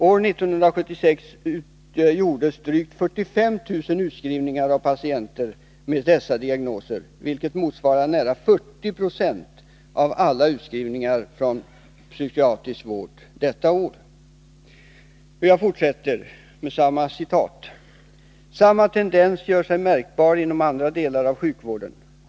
År 1976 gjordes drygt 45 000 utskrivningar av patienter med dessa diagnoser, vilket motsvarar nära 40 20 av alla utskrivningar från psykiatrisk vård detta år.” Jag fortsätter med samma citat: ”Samma tendens gör sig märkbar inom andra delar av sjukvården.